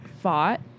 fought